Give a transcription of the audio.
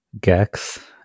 Gex